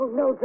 no